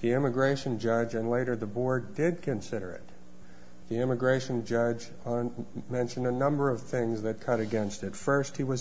the immigration judge and later the board did consider it the immigration judge on mention a number of things that cut against it first he was